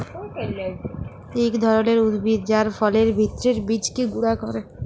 ইক ধরলের উদ্ভিদ যার ফলের ভিত্রের বীজকে গুঁড়া ক্যরে